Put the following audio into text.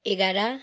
एघार